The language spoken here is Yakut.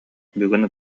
бүгүн